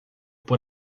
por